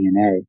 DNA